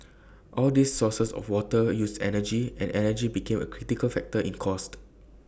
all these sources of water use energy and energy became A critical factor in cost